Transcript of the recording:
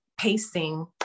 pacing